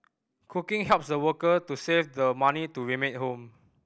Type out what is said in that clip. cooking helps the worker to save the money to remit home